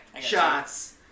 shots